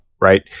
right